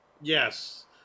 Yes